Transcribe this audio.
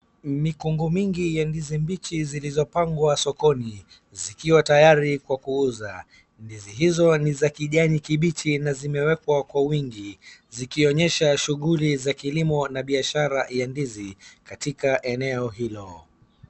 Mikungu mingi ya ndizi mbichi zilizopangwa sokoni zikiwa tayari kwa kuuza. Ndizi hizo ni za kijani kibichi na zimewekwa kwa wingi zikionyesha shughuli za kilimo na biashara ya ndizi katika eneo hilo.